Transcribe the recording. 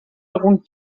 algun